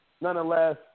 Nonetheless